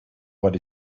what